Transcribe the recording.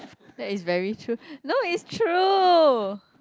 that's is very true no it's true